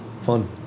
fun